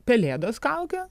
pelėdos kaukė